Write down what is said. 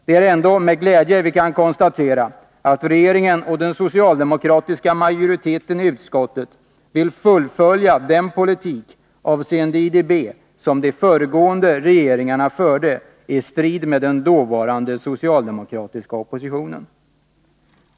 Det är ändå med glädje vi konstaterar att regeringen och den socialdemokratiska majoriteten i utskottet vill fullfölja den politik avseende IDB som de föregående regeringarna förde, i strid med den dåvarande socialdemokratiska oppositionen.